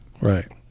Right